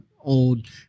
old